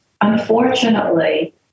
Unfortunately